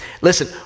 Listen